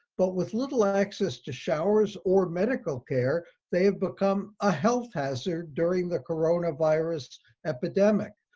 but with little access to showers or medical care they have become a health hazard during the coronavirus epidemic.